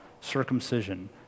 circumcision